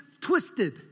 twisted